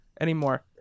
anymore